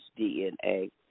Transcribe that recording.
DNA